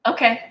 Okay